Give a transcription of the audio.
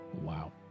wow